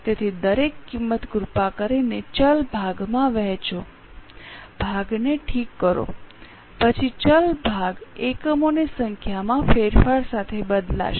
તેથી દરેક કિંમત કૃપા કરીને ચલ ભાગમાં વહેંચો ભાગને ઠીક કરો પછી ચલ ભાગ એકમોની સંખ્યામાં ફેરફાર સાથે બદલાશે